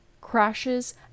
crashes